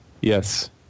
Yes